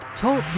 TALK